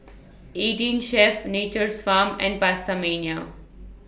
eighteen Chef Nature's Farm and PastaMania